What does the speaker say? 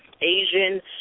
Asian